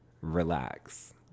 Relax